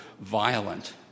violent